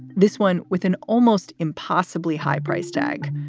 this one with an almost impossibly high price tag.